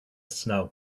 snow